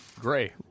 Gray